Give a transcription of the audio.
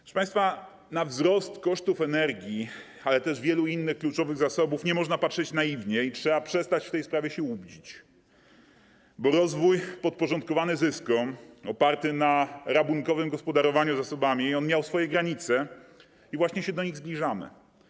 Proszę państwa, na wzrost kosztów energii, ale też wielu innych kluczowych zasobów nie można patrzeć naiwnie i trzeba przestać w tej sprawie się łudzić, bo rozwój podporządkowany zyskom, oparty na rabunkowym gospodarowaniu zasobami, miał swoje granice i właśnie się do nich zbliżamy.